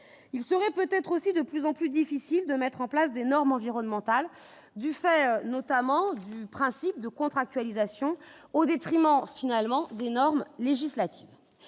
il serait peut-être aussi de plus en plus difficile de mettre en place des normes environnementales du fait notamment du principe de contractualisation au détriment finalement d'normes législatives,